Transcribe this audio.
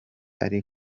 ari